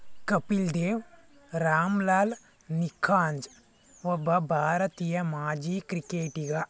ಕಪಿಲ್ ದೇವ್ ರಾಮ್ಲಾಲ್ ನಿಖಾಂಜ್ ಒಬ್ಬ ಭಾರತೀಯ ಮಾಜಿ ಕ್ರಿಕೆಟಿಗ